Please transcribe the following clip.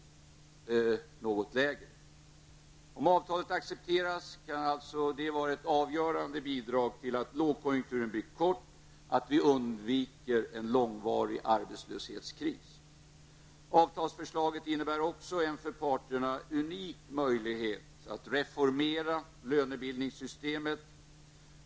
Om avtalet accepteras kan detta vara ett avgörande bidrag till att lågkonjunkturen blir kort, och vi undviker en långvarig arbetslöshetskris. Avtalsförslaget innebär också en för parterna unik möjlighet att reformera lönebildningssystemet.